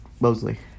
Mosley